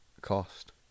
cost